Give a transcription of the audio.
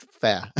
fair